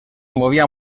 movia